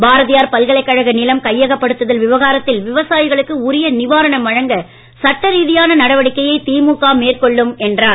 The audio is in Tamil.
பாரதியார் பல்கலைக்கழக நிலம் கையகப்படுத்துதல் விவகாரத்தில் விவசாயிகளுக்கு உரிய நிவாரணம் வழங்க சட்ட ரீதியான நடவடிக்கையை திமுக மேற்கொள்ளும் என்றார்